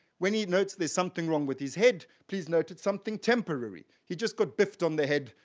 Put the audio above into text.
when he notes there's something wrong with his head, please note it's something temporary. he just got biffed on the head,